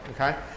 okay